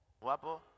Guapo